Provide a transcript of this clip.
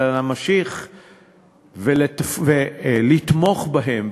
אלא להמשיך לתמוך בהם,